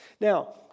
Now